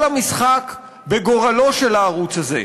כל המשחק בגורלו של הערוץ הזה,